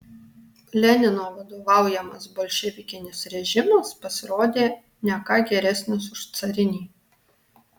lenino vadovaujamas bolševikinis režimas pasirodė ne ką geresnis už carinį